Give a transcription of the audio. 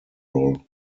roll